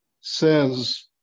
says